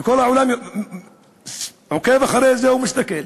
וכל העולם עוקב אחרי זה ומסתכל,